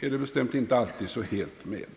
är det bestämt inte alltid så helt med.